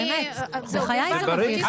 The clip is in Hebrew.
בחיי זה מביך.